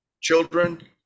children